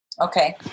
Okay